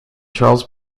charles